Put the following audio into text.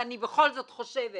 ואני בכל זאת חושבת